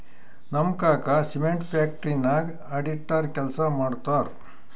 ನಮ್ ಕಾಕಾ cement factory ನಾಗ್ ಅಡಿಟರ್ ಕೆಲ್ಸಾ ಮಾಡ್ತಾರ್